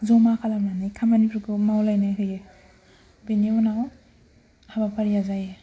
जमा खामनानै खामानिफोरखौ मावलायनो होयो बेनि उनाव हाबाफारिया जायो